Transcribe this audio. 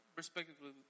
respectively